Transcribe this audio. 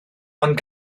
ond